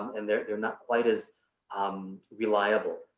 and they're they're not quite as um reliable.